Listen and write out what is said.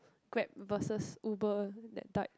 Grab versus Uber that type